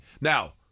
Now